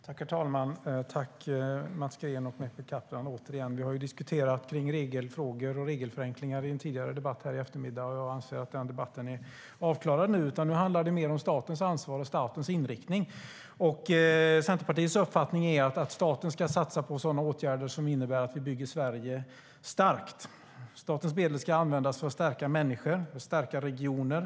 Herr talman! Jag tackar Mats Green och Mehmet Kaplan, återigen. Vi har diskuterat regelfrågor och regelförenklingar vid en tidigare debatt här i eftermiddag, och jag anser att den debatten är avklarad. Nu handlar det i stället om statens ansvar och statens inriktning. Centerpartiets uppfattning är att staten ska satsa på sådana åtgärder som innebär att vi bygger Sverige starkt. Statens medel ska användas för att stärka människor och regioner.